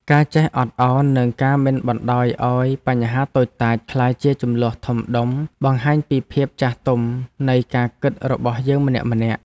ការចេះអត់ឱននិងការមិនបណ្ដោយឱ្យបញ្ហាតូចតាចក្លាយជាជម្លោះធំដុំបង្ហាញពីភាពចាស់ទុំនៃការគិតរបស់យើងម្នាក់ៗ។